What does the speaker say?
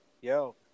Yo